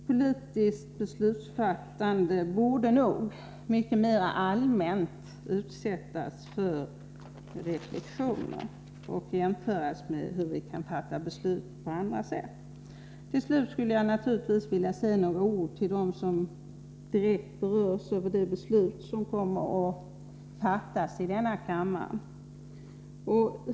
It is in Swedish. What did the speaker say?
Politiskt beslutsfattande borde nog mer allmänt utsättas för reflexioner och jämföras med hur vi kan fatta beslut på andra sätt. Till slut skulle jag naturligtvis vilja säga några ord till dem som direkt berörs av det beslut som kommer att fattas i denna kammare.